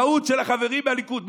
טעות של החברים מהליכוד.